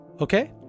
okay